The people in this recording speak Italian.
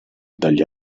dagli